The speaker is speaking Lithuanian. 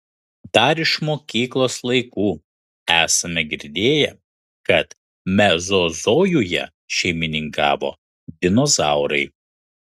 dar iš mokyklos laikų esame girdėję kad mezozojuje šeimininkavo dinozaurai